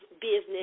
business